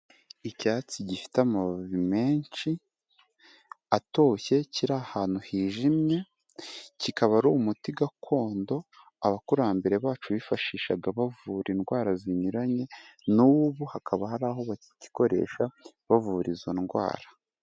Icyatsi gifite amabi menshi, atoshye, kiri ahantu hijimye, kikaba ari umuti gakondo abakurambere bacu bifashishaga bavura indwara zinyuranye, n'ubu hakaba hari aho bakigikoresha bavura izo ndwara.